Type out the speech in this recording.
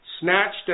snatched